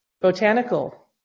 botanical